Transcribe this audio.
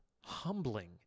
humbling